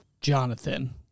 Jonathan